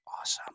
awesome